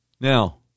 Now